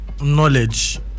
knowledge